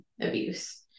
abuse